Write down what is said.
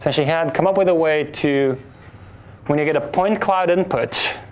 he had come up with a way to when you get a point cloud input